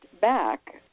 back